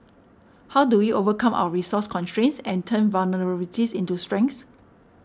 how do we overcome our resource constraints and turn vulnerabilities into strengths